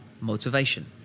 motivation